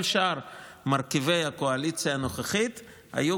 כל שאר מרכיבי הקואליציה הנוכחית היו